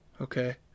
Okay